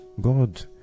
God